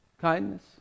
kindness